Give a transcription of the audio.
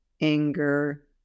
anger